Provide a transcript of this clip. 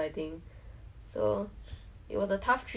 but I I I will survive kind of thing lah but it's like